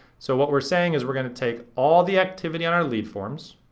so what we're saying is we're gonna take all the activity on our lead forms,